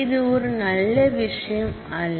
இது ஒரு நல்ல விஷயம் அல்ல